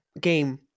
game